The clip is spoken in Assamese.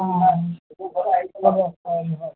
অঁ অঁ